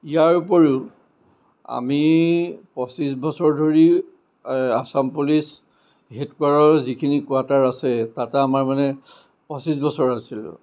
ইয়াৰোপৰিও আমি পঁচিছ বছৰ ধৰি আছাম পুলিচ হেডকোৱাৰ্টাৰৰ যিখিনি কোৱাৰ্টাৰ আছে তাতে আমাৰ মানে পঁচিছ বছৰ আছিলোঁ